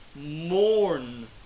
Mourn